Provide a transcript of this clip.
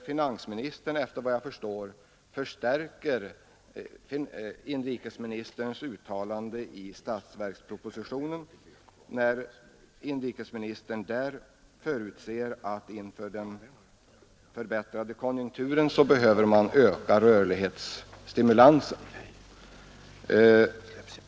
Finansministern förstärker där såvitt jag förstår inrikesministerns uttalande i statsverkspropositionen, där han säger att man inför den förbättrade konjunkturen behöver öka rörlighetsstimulansen.